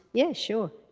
yes sure,